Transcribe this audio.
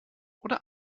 oder